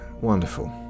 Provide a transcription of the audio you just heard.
Wonderful